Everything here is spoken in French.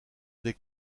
des